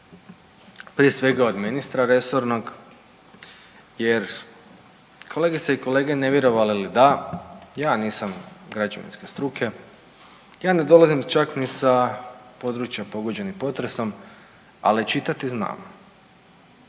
prije svega od ministra resornog, jer kolegice i kolege ne vjerovali ali da, ja nisam građevinske struke. Ja ne dolazim čak ni sa područja pogođenim potresom, ali čitati znam.